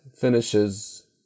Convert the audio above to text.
finishes